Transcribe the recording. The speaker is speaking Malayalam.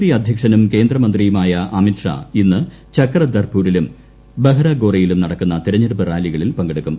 പി അധ്യക്ഷനും കേന്ദ്രമന്ത്രിയുമായ അമിത് ഷാ ഇന്ന് ചക്രധർപ്പൂരിലും ബഹരഗോറയിലും നടക്കുന്ന തെരഞ്ഞെടുപ്പ് റാലികളിൽ പങ്കെടുക്കും